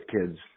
kids